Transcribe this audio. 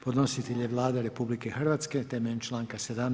Podnositelj je Vlada RH, temeljem članka 17.